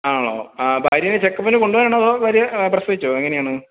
ആണോ ഭാര്യയെ ചെക്കപ്പിനു കൊണ്ടു പോകാനാണോ അതോ ഭാര്യ പ്രസവിച്ചോ എങ്ങനെയാണ്